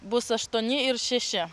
bus aštuoni ir šeši